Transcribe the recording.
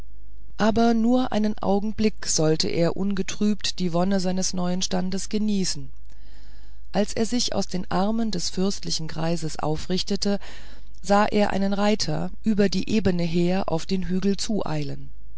aber nur einen augenblick sollte er ungetrübt die wonne seines neuen standes genießen als er sich aus den armen des fürstlichen greisen aufrichtete sah er einen reiter über die ebene her auf den hügel zueilen